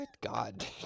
God